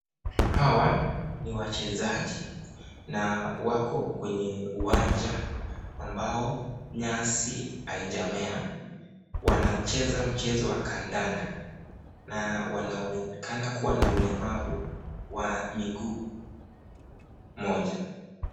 Hawa ni wachezaji, na wako kwenye uwanja ambao nyasi haijamea. Wanacheza mchezo wa kandanda na wanaonekana kuwa na ulemavu wa mguu moja.